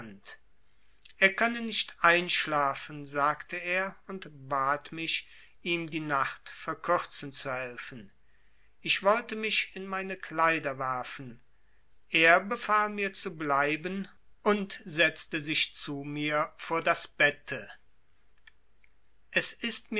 er könne nicht einschlafen sagte er und bat mich ihm die nacht verkürzen zu helfen ich wollte mich in meine kleider werfen er befahl mir zu bleiben und setzte sich zu mir vor das bette es ist